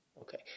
Okay